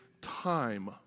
time